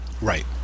Right